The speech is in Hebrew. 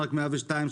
דנמרק 102,